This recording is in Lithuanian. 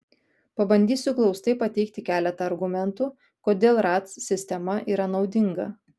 pabandysiu glaustai pateikti keletą argumentų kodėl ratc sistema yra naudinga